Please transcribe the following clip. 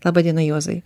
laba diena juozai